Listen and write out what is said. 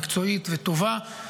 מקצועית וטובה.